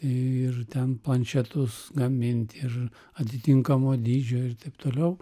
ir ten planšetus gamint ir atitinkamo dydžio ir taip toliau